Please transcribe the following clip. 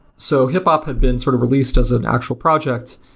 so, hiphop had been sort of re leased as an actual project,